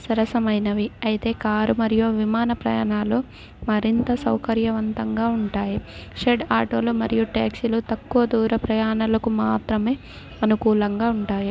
సరసమైనవి అయితే కారు మరియు విమాన ప్రయాణాలు మరింత సౌకర్యవంతంగా ఉంటాయి షెడ్ ఆటోలు మరియు ట్యాక్సీలు తక్కువ దూర ప్రయాణకు మాత్రమే అనుకూలంగా ఉంటాయి